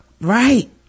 Right